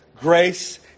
grace